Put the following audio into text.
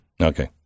okay